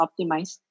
optimized